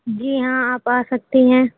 جی ہاں آپ آ سکتی ہیں